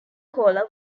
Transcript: cola